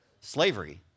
Slavery